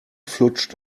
flutscht